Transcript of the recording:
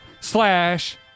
slash